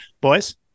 Boys